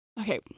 Okay